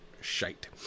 shite